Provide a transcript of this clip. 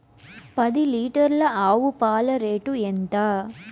పది లీటర్ల ఆవు పాల రేటు ఎంత?